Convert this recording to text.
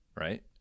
right